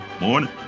Morning